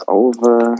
over